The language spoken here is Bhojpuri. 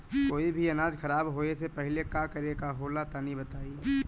कोई भी अनाज खराब होए से पहले का करेके होला तनी बताई?